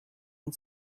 and